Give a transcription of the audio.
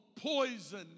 poison